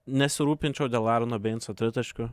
nesirūpinčiau dėl erono beinco tritaškių